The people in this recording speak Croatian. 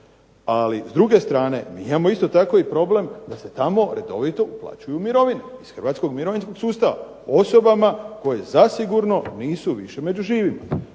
Ali s druge strane mi imamo isto i problem da se tamo redovito uplaćuju mirovine iz Hrvatskog mirovinskog sustava osobama koje zasigurno nisu više među živima.